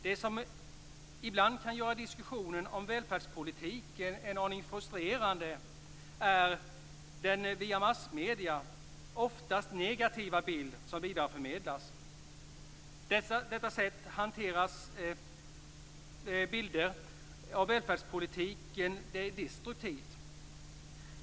Det som ibland kan göra diskussionen om välfärdspolitiken en aning frustrerande är den via massmedierna oftast negativa bild som vidareförmedlas. Detta sätt att hantera bilder av välfärdspolitiken är destruktivt.